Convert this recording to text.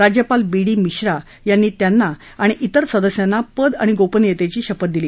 राज्यापाल V D Mishra यांनी त्यांना आणि विर सदस्यांना पद आणि गोपनियतेची शपथ दिली